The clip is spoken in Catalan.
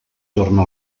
torna